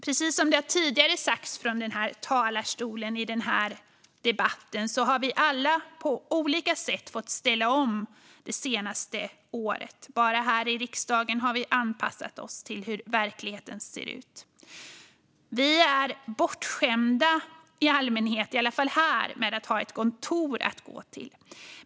Precis som det tidigare har sagts från talarstolen i debatten har vi alla på olika sätt fått ställa om det senaste året. Bara här i riksdagen har vi anpassat oss till hur verkligheten ser ut. Vi är i alla fall här bortskämda med att ha ett kontor att gå till.